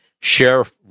sheriff